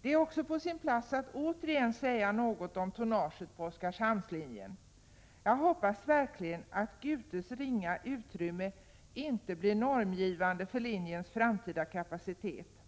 Det är också på sin plats att återigen säga något om tonnaget på Oskarshamnslinjen. Jag hoppas verkligen att Gutes ringa utrymme inte blir normgivande för linjens framtida kapacitet.